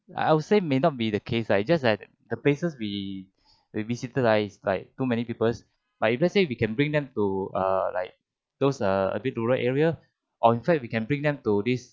I would say may not be the case ah it just like the places we visited right like too many people but if let's say we can bring them to err like those err a bit rural area or in fact we can bring them to this